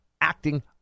acting